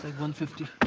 like and fifty.